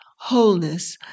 wholeness